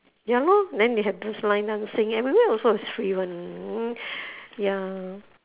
ya lor then they have this line dancing everywhere also is free [one] ya